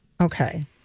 okay